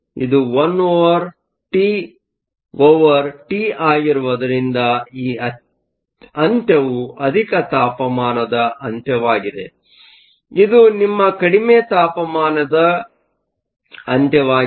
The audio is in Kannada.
ಇದು 1T ಒವರ್ T ಆಗಿರುವುದರಿಂದ ಈ ಅಂತ್ಯವು ಅಧಿಕ ತಾಪಮಾನದ ಅಂತ್ಯವಾಗಿದೆ ಇದು ನಿಮ್ಮ ಕಡಿಮೆ ತಾಪಮಾನದ ಅಂತ್ಯವಾಗಿದೆ